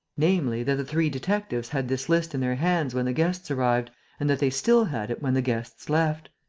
namely, that the three detectives had this list in their hands when the guests arrived and that they still had it when the guests left.